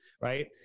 right